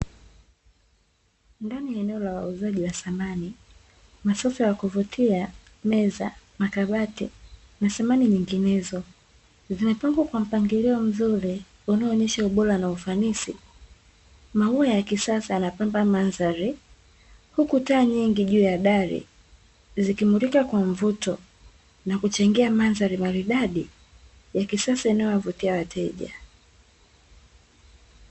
Ndani ya eneo la wauzaji wa samani masofa yakivutia meza, makabati na samani nyinginezo, zimepangwa kwa mpangilio mzuri unazonyesha ubora na ufanisi. Maua ya kisasa yanapamba madhari huku taa nyingi juu ya dari, zikimulika kwa mvuto na kuchangia madhari maridadi ya kisasa inayowavutia wateja.